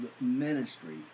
ministry